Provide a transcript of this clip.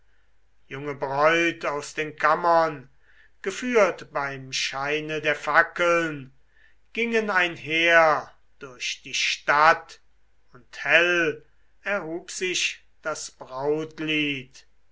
junge bräut aus den kammern geführt beim scheine der fackeln gingen einher durch die stadt und hell erhub sich das